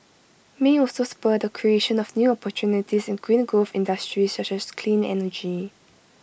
may also spur the creation of new opportunities in green growth industries such as clean energy